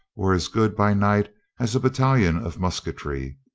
were as good by night as a battalion of musketry.